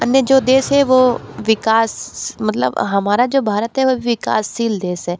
अन्य जो देश हे वो विकास मतलब हमारा जो भारत है वो विकासशील देश है